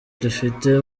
dufite